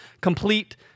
complete